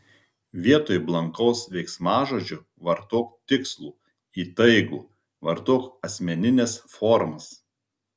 vietoj blankaus veiksmažodžio vartok tikslų įtaigų vartok asmenines formas